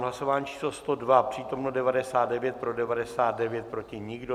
Hlasování číslo 102, přítomno 99, pro 99, proti nikdo.